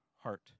heart